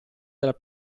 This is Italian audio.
dal